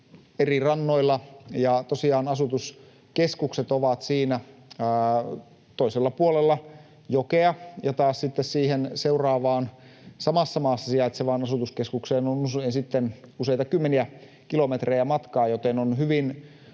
eri rannoilla. Tosiaan asutuskeskukset ovat siinä toisella puolella jokea, ja siihen seuraavaan, samassa maassa sijaitsevaan asutuskeskukseen taas on usein useita kymmeniä kilometrejä matkaa, joten on hyvin